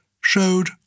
showed